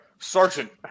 Sergeant